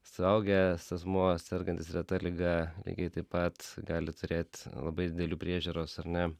suaugęs asmuo sergantis reta liga lygiai taip pat gali turėt labai didelių priežiūros ar ne